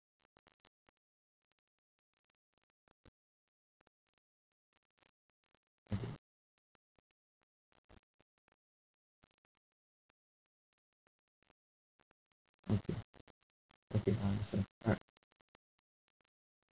okay okay okay I understand alright